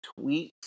tweets